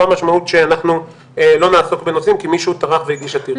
לא המשמעות שאנחנו לא נעסוק בנושאים כי מישהו טרח והגיש עתירה.